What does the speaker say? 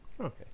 Okay